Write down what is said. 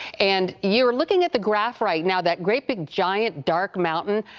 and you are looking at the graph right now. that great big giant dark mountain,